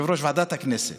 ועדת הכנסת